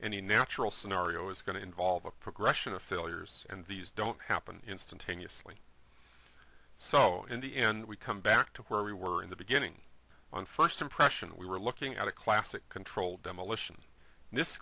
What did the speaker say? any natural scenario is going to involve a progression of failures and these don't happen instantaneously so in the end we come back to where we were in the beginning on first impression we were looking at a classic controlled demolition